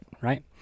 right